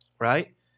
Right